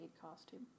costume